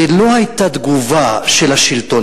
ולא היתה תגובה של השלטון.